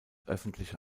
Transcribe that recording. öffentliche